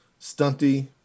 stunty